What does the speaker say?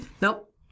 Nope